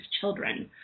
Children